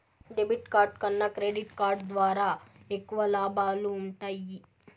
debit card కన్నా credit card ద్వారా ఎక్కువ లాబాలు వుంటయ్యి